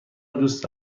دوست